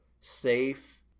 safe